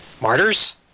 Martyrs